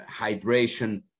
hydration